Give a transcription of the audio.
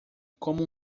como